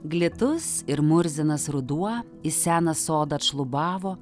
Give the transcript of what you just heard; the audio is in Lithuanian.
glitus ir murzinas ruduo į seną sodą atšlubavo